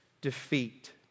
defeat